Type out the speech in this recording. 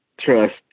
trust